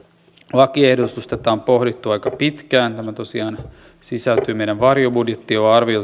lakiehdotus tätä on pohdittu aika pitkään tämä tosiaan sisältyy meidän varjobudjettiin ja on arvioitu